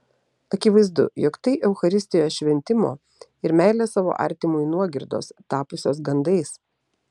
akivaizdu jog tai eucharistijos šventimo ir meilės savo artimui nuogirdos tapusios gandais